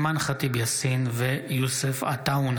אימאן ח'טיב יאסין ויוסף עטאונה